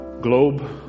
globe